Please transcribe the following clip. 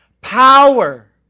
power